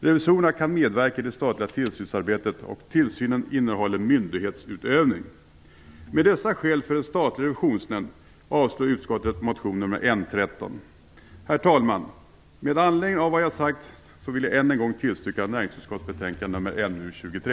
Revisorerna kan medverka i det statliga tillsynsarbetet, och tillsynen innehåller myndighetsutövning. Herr talman! Med anledning av vad jag har sagt vill jag än en gång tillstyrka utskottets hemställan i betänkande NU23.